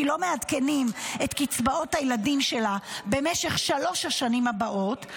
כי לא מעדכנים את קצבאות הילדים שלה במשך שלוש השנים הבאות.